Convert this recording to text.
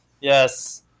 yes